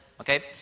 Okay